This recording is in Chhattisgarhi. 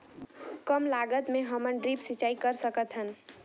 कम लागत मे हमन ड्रिप सिंचाई कर सकत हन?